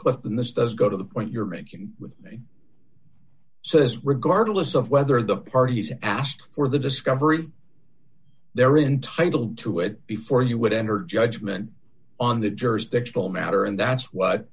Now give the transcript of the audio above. clifton this does go to the point you're making with me so is regardless of whether the parties asked for the discovery they're entitle to it before you would enter judgment on the jurisdiction will matter and that's what